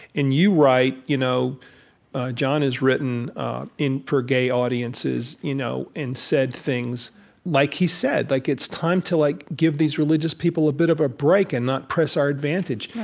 and you write you know jon has written for gay audiences you know and said things like he said, like it's time to, like, give these religious people a bit of a break and not press our advantage.